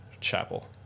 chapel